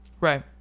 Right